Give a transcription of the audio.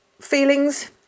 Feelings